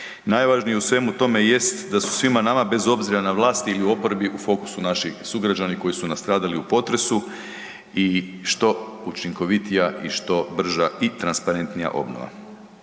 Najvažnije u svemu tome jest da su svima nama bez obzira na vlasti ili u oporbi u fokusu naši sugrađani koji su nastradali u potresu i što učinkovitija i što brža i transparentnije obnova.